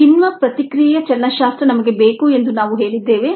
ಕಿಣ್ವ ಪ್ರತಿಕ್ರಿಯೆಯ ಚಲನಶಾಸ್ತ್ರ ನಮಗೆ ಬೇಕು ಎಂದು ನಾವು ಹೇಳಿದ್ದೇವೆ